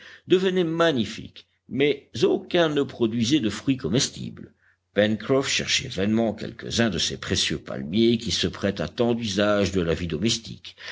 devenaient magnifiques mais aucun ne produisait de fruits comestibles pencroff cherchait vainement quelques-uns de ces précieux palmiers qui se prêtent à tant d'usages de la vie domestique